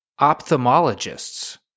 ophthalmologists